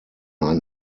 ein